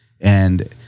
And-